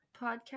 podcast